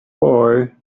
boy